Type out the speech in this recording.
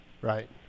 Right